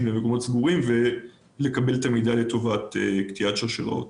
למקומות סגורים ולקבל את המידע לטובת קטיעת שרשראות.